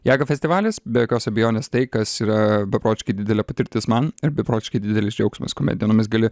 jeigu festivalis be jokios abejonės tai kas yra beprotiškai didelė patirtis man ir beprotiškai didelis džiaugsmas kuomet dienomis gali